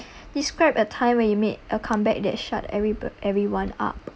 describe a time when you made a comeback that shut everybo~ everyone up